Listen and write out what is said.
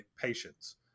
patience